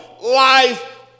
life